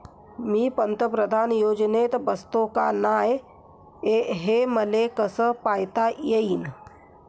मी पंतप्रधान योजनेत बसतो का नाय, हे मले कस पायता येईन?